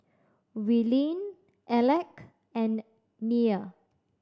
Willene Alec and Nia